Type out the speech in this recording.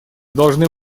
должны